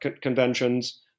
conventions